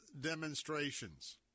demonstrations